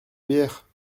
bière